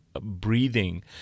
breathing